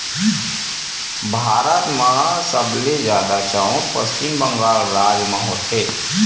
भारत म सबले जादा चाँउर पस्चिम बंगाल राज म होथे